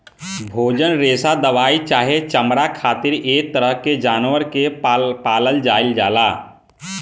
भोजन, रेशा दवाई चाहे चमड़ा खातिर ऐ तरह के जानवर के पालल जाइल जाला